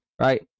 right